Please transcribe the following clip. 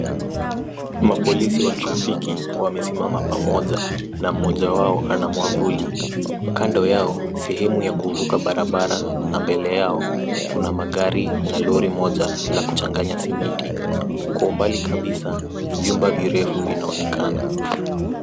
Mapolisi watrafiki wamesimama pamoja na mmoja wao ana mwavuli. kando yao sehemu ya kuvuka barabara, na mbele yao kuna magari na lori moja la kuchanganya simiti. Kwa umbali kabisa vyumba virefu vinaonekana.